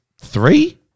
three